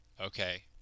okay